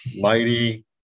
Mighty